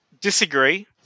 Disagree